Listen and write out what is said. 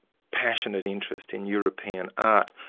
passionate interest in european art.